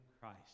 Christ